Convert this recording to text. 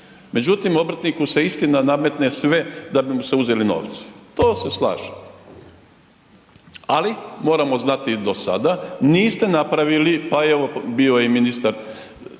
Međutim obrtniku se istina nametne sve da bi mu se uzeli novci, to se slažem. Ali moramo znati i do sada niste napravili pa evo bio je i ministar vaš